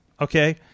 okay